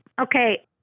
Okay